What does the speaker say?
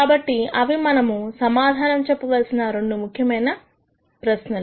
కాబట్టి అవి మనము సమాధానం చెప్పవలసిన రెండూ ముఖ్యమైన ప్రశ్నలు